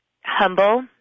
humble